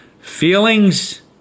Feelings